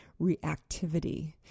reactivity